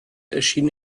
erschien